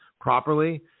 properly